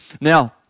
now